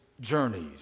journeys